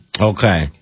Okay